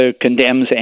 condemns